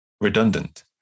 redundant